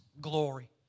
glory